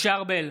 משה ארבל,